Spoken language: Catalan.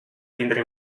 tindre